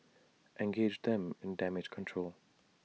engage them in damage control